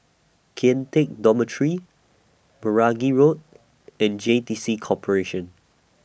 Kian Teck Dormitory Meragi Road and J T C Corporation